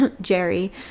jerry